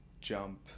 Jump